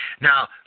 Now